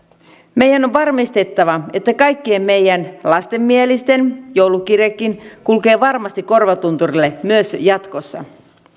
meidän on varmistettava että kaikkien meidän lapsenmielisten joulukirjekin kulkee varmasti korvatunturille myös jatkossa